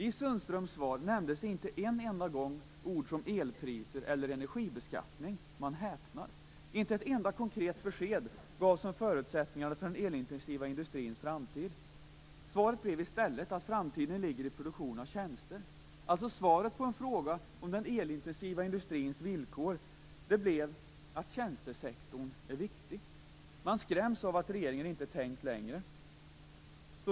I svaret från Anders Sundström nämndes inte en enda gång ord som elpriser eller energibeskattning. Man häpnar. Inte ett enda konkret besked gavs om förutsättningarna för den elintensiva industrins framtid. Svaret var i stället att framtiden ligger i produktionen av tjänster. Svaret på en fråga om den elintensiva industrins villkor blev alltså att tjänstesektorn är viktig. Man skräms av att regeringen inte har tänkt längre än så.